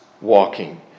walking